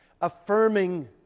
affirming